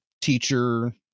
teacher